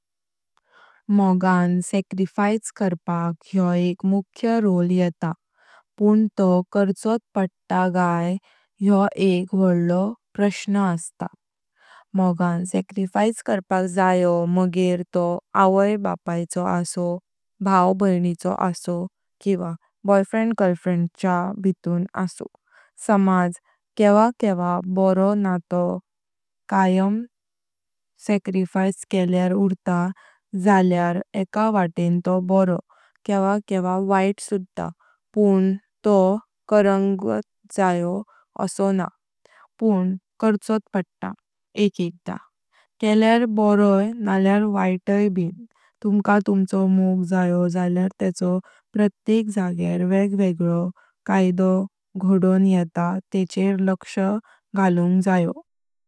मोगान सॅक्रिफाइस करपाक योह एक मुख्य रोल येता पण तो कर्चोत पडटा गाय योह एक वडलो क्वेश्चन। मोगान सॅक्रिफाइस करपाक जायो मगेर तो आवै बापाचो असु भाव भैणीचो असुव किवा बॉयफ्रेंड गर्लफ्रेंडच्या भितुर असुव समाज केवा केवा बारो नातो कयाय सॅक्रिफाइस केल्यार उरता जाल्यार एका वातेन् तो बरो केवा केवा वैत सुधा पण तो करुंगुत जायो असो नही पण कर्चोत पडटा एक एकदा। केल्यार बरोव नाल्यार वैताई ब तुम्हका तुम्हचो मोग जायो जाल्यार तेलो प्रायतेक जाग्यार वेग वेगळो कायदो घोडॉन येता तेचेर लक्ष घाकुंग जायो।